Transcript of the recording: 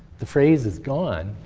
the phrase is gone,